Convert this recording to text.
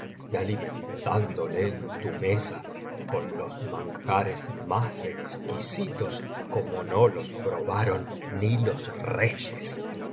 y aumentándole en tu mesa con los manjares más exquisitos como no los probaron ni los reyes